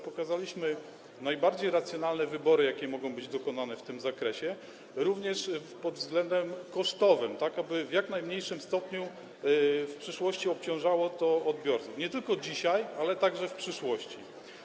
Pokazaliśmy najbardziej racjonalne wybory, jakie mogą być dokonane w tym zakresie, również pod względem kosztowym, tak aby w jak najmniejszym stopniu w przyszłości obciążało to odbiorców, nie tylko dzisiaj, ale także w przyszłości.